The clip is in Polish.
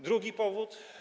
Drugi powód.